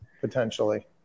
potentially